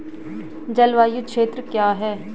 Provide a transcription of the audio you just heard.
जलवायु क्षेत्र क्या है?